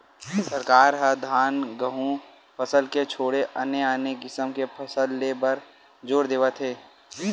सरकार ह धान, गहूँ फसल के छोड़े आने आने किसम के फसल ले बर जोर देवत हे